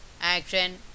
Action